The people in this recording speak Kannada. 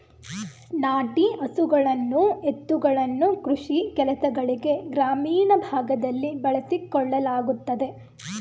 ನಾಟಿ ಹಸುಗಳನ್ನು ಎತ್ತುಗಳನ್ನು ಕೃಷಿ ಕೆಲಸಗಳಿಗೆ ಗ್ರಾಮೀಣ ಭಾಗದಲ್ಲಿ ಬಳಸಿಕೊಳ್ಳಲಾಗುತ್ತದೆ